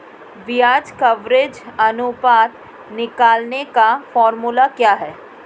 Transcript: ब्याज कवरेज अनुपात निकालने का फॉर्मूला क्या है?